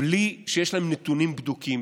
בלי שיש להם נתונים בדוקים.